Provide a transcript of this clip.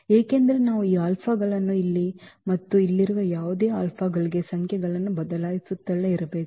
ಏಕೆಂದರೆ ನಾವು ಈ ಆಲ್ಫಾಗಳನ್ನು ಇಲ್ಲಿ ಮತ್ತು ಇಲ್ಲಿರುವ ಯಾವುದೇ ಆಲ್ಫಾಗಳಿಗೆ ಸಂಖ್ಯೆಗಳನ್ನು ಬದಲಾಯಿಸುತ್ತಲೇ ಇರಬೇಕು